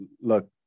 look